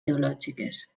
teològiques